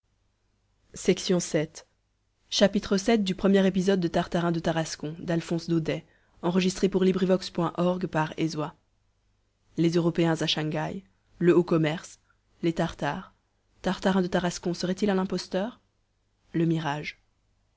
trouvait que tartarin de tarascon n'eût jamais quitté tarascon vii les européens à shang haï le haut commerce les tartares tartarin de tarascon serait-il un imposteur le mirage